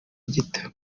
gito